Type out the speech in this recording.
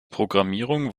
programmierung